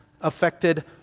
affected